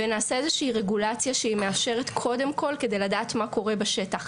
ונעשה איזושהי רגולציה שהיא מאפשרת קודם כל כדי לדעת מה קורה בשטח.